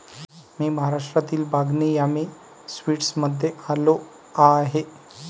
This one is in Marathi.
मी महाराष्ट्रातील बागनी यामी स्वीट्समध्ये आलो आहे